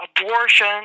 abortion